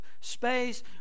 space